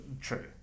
true